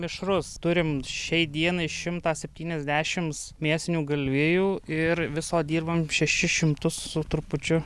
mišrus turim šiai dienai šimtą septyniasdešims mėsinių galvijų ir viso dirbam šešis šimtus su trupučiu